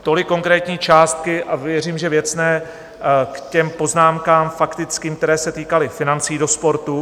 Tolik konkrétní částky a věřím, že věcné k poznámkám faktickým, které se týkaly financí do sportu.